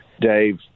Dave